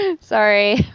Sorry